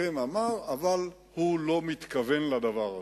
אכן אמר אבל הוא לא מתכוון לדבר הזה.